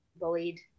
bullied